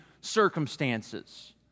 circumstances